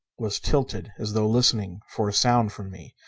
was tilted as though listening for a sound from me.